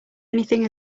anything